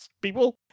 people